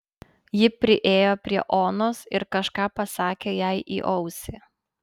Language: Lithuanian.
ji priėjo prie onos ir kažką pasakė jai į ausį